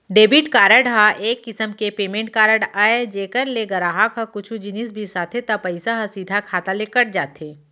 debit card ह एक किसम के पेमेंट कारड अय जेकर ले गराहक ह कुछु जिनिस बिसाथे त पइसा ह सीधा खाता ले कट जाथे